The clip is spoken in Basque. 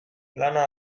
lana